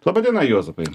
laba diena juozapai